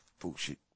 bullshit